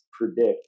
predict